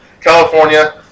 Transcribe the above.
California